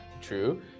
true